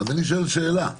אז אני שואל אם